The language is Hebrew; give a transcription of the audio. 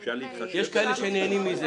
יש כאלה שנהנים מזה.